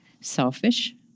selfish